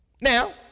Now